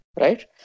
right